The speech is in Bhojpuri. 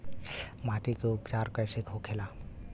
माटी के उपचार कैसे होखे ला?